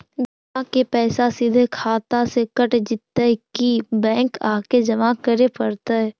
बिमा के पैसा सिधे खाता से कट जितै कि बैंक आके जमा करे पड़तै?